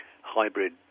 hybrid